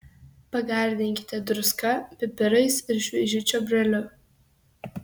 pagardinkite druska pipirais ir šviežiu čiobreliu